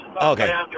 Okay